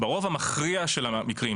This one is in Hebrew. ברוב המכריע של המקרים,